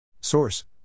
Source